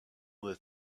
that